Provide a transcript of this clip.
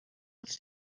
els